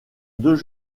deux